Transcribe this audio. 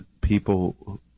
people